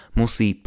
musí